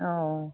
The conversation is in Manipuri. ꯑꯧ